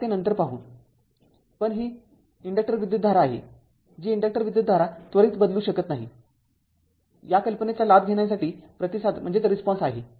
तर आपण ते नंतर पाहू पण ही ती इन्डक्टर विद्युतधारा आहे जी इंडक्टर विद्युतधारा त्वरित बदलू शकत नाही या कल्पनेचा लाभ घेण्यासाठी प्रतिसाद आहे